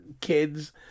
kids